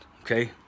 Okay